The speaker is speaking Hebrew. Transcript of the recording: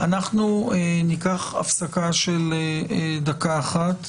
אנחנו ניקח הפסקה של דקה אחת